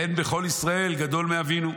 ואין בכל ישראל גדול מאבינו.